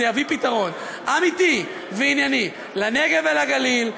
יביא פתרון אמיתי וענייני לנגב ולגליל,